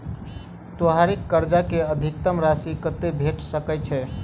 त्योहारी कर्जा मे अधिकतम राशि कत्ते भेट सकय छई?